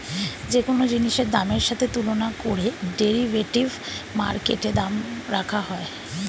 যে কোন জিনিসের দামের সাথে তুলনা করে ডেরিভেটিভ মার্কেটে দাম রাখা হয়